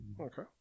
Okay